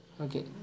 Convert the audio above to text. Okay